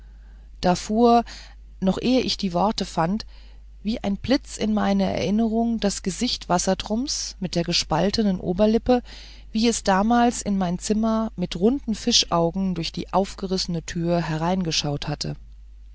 da fuhr noch ehe ich die worte fand wie ein blitz in meine erinnerung das gesicht wassertrums mit der gespaltenen oberlippe wie es damals in mein zimmer mit runden fischaugen durch die aufgerissene tür hereingeschaut hatte